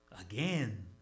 Again